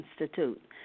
Institute